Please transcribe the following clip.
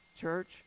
church